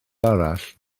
arall